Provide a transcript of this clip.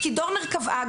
דורנר קבעה,